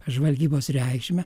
žvalgybos reikšmę